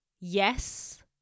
Yes